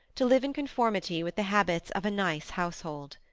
to live in conformity with the habits of a nice household.